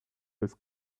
his